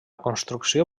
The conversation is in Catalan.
construcció